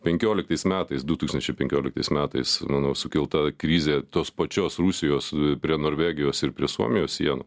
penkioliktais metais du tūkstančiai penkioliktais metais manau sukelta krizė tos pačios rusijos prie norvegijos ir prie suomijos sienų